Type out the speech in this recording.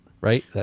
right